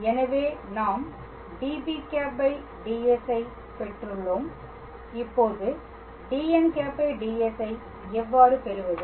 எனவே நாம் db̂ ds ஐப் பெற்றுள்ளோம் இப்போது dn̂ ds ஐ எவ்வாறு பெறுவது